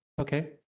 Okay